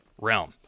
realm